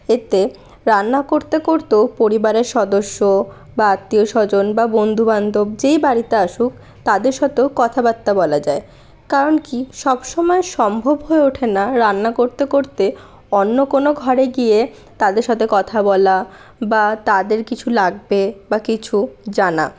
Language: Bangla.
এতে রান্না করতে করতেও পরিবারের সদস্য বা আত্মীয়স্বজন বা বন্ধুবান্ধব যেই বাড়িতে আসুক তাদের সাথেও কথাবার্তা বলা যায় কারণ কি সবসময়ে সম্ভব হয়ে ওঠে না রান্না করতে করতে অন্য কোনো ঘরে গিয়ে তাদের সাথে কথা বলা বা তাদের কিছু লাগবে বা কিছু জানা